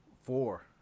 four